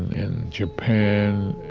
in japan,